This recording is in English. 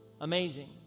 amazing